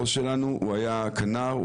עוז שלנו היה כנר,